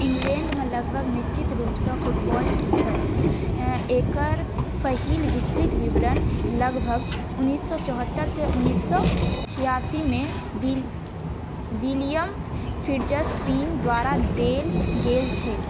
इंग्लैण्डमे लगभग निश्चित रूपसँ फुटबॉल की छल एकर पहिल विस्तृत विवरण लगभग उन्नीस सए चौहत्तरि से उन्नीस सौ छिआसीमे विलियम फिट्जस्टीफन द्वारा देल गेल छै